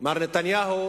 מר נתניהו